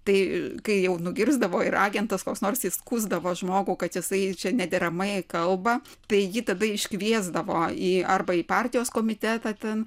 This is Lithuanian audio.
tai kai jau nugirsdavo ir agentas koks nors įskųsdavo žmogų kad jisai čia nederamai kalba tai jį tada iškviesdavo į arba į partijos komitetą ten